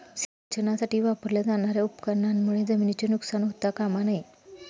सिंचनासाठी वापरल्या जाणार्या उपकरणांमुळे जमिनीचे नुकसान होता कामा नये